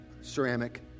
ceramic